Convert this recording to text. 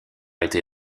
été